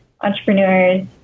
entrepreneurs